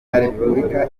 repubulika